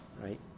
right